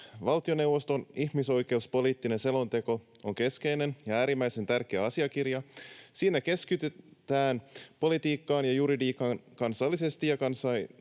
Valtioneuvoston ihmisoikeuspoliittinen selonteko on keskeinen ja äärimmäisen tärkeä asiakirja. Siinä keskitytään politiikan ja juridiikan kansallisesti ja kansainvälisesti